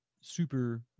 super